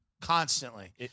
constantly